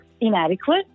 inadequate